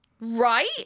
Right